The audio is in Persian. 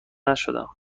نشدم